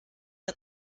ein